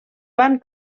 van